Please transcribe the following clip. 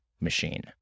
machine